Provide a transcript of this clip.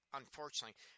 unfortunately